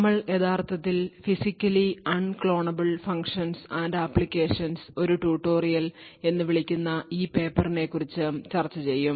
നമ്മൾ യഥാർത്ഥത്തിൽ "Physically Unclonable Functions and Applications" ഒരു ട്യൂട്ടോറിയൽ എന്ന് വിളിക്കുന്ന ഈ പേപ്പറിനെക്കുറിച്ച് ചർച്ച ചെയ്യും